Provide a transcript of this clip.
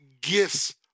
gifts